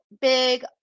big